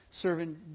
serving